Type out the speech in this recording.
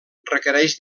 requereix